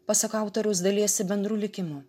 pasak autoriaus dalijasi bendru likimu